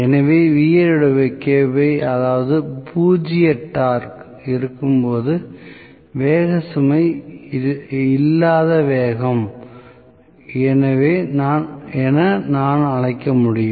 எனவே அதாவது டார்க் பூஜ்ஜியமாக இருக்கும்போது வேகத்தை சுமை இல்லாத வேகம் என நான் அழைக்க முடியும்